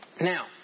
now